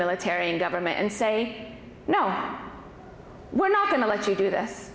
military and government and say no we're not going to let you do this